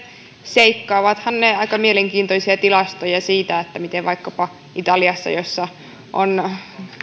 seikka ovathan ne aika mielenkiintoisia tilastoja siitä miten vaikkapa italiassa jossa on